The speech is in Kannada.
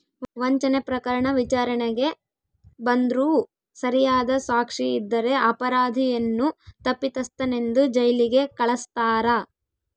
ವಂಚನೆ ಪ್ರಕರಣ ವಿಚಾರಣೆಗೆ ಬಂದ್ರೂ ಸರಿಯಾದ ಸಾಕ್ಷಿ ಇದ್ದರೆ ಅಪರಾಧಿಯನ್ನು ತಪ್ಪಿತಸ್ಥನೆಂದು ಜೈಲಿಗೆ ಕಳಸ್ತಾರ